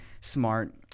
smart